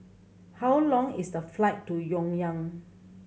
how long is the flight to Pyongyang